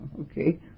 okay